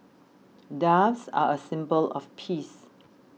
doves are a symbol of peace